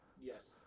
Yes